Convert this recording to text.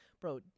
Bro